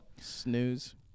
Snooze